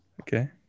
Okay